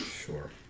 sure